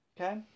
Okay